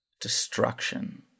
destruction